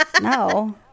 No